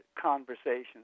conversations